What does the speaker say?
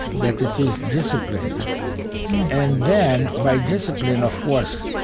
that it is discipline and then, by discipline, of course,